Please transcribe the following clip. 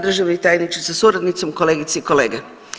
Državni tajniče sa suradnicom, kolegice i kolege.